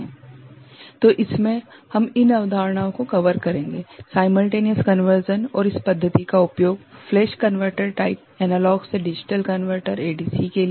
slide समय देखें 0022 तो इसमें हम इन अवधारणाओं को कवर करेंगे - साइमल्टेनियस कन्वर्सन और इस पद्धति का उपयोग फ्लैश कन्वर्टर टाइप एनालॉग से डिजिटल कनवर्टर एडीसी के लिए